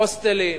הוסטלים,